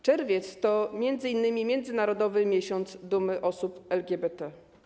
Czerwiec to m.in. międzynarodowy miesiąc dumy osób LGBT.